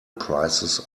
prices